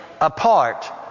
apart